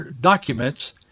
documents